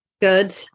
Good